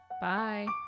Bye